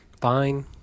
fine